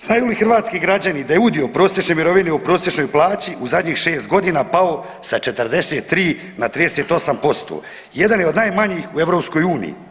Znaju li hrvatski građani da je udio prosječne mirovine u prosječnoj plaći u zadnjih šest godina pao sa 43 na 38%, jedan je od najmanjih u EU.